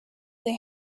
they